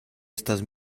estas